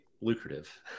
lucrative